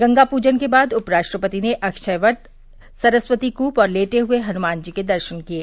गंगा पूजन के बाद उप राष्ट्रपति ने अक्षय वट सरस्वती कूप और लेटे हुये हनुमान जी के दर्शन किये